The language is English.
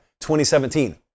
2017